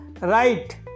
right